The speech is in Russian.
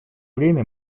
время